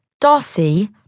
Darcy